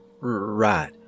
right